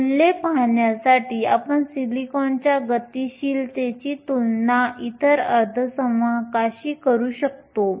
मूल्ये पाहण्यासाठी आपण सिलिकॉनच्या गतिशीलतेची तुलना इतर अर्धसंवाहकांशी करू शकतो